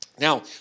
Now